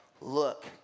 Look